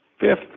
fifth